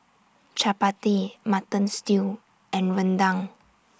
Chappati Mutton Stew and Rendang